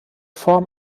form